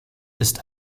ist